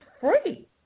free